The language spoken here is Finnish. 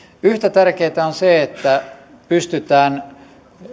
yhtä tärkeätä on se että pystytään